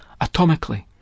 atomically